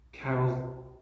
Carol